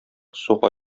суга